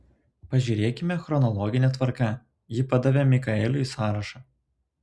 peržiūrėkime chronologine tvarka ji padavė mikaeliui sąrašą